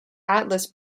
atlas